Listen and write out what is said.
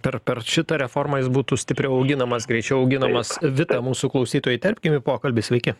per per šitą reformą jis būtų stipriau auginamas greičiau auginamas vitą mūsų klausytoją įterpkim į pokalbį sveiki